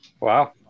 Wow